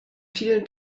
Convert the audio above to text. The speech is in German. vielen